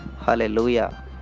Hallelujah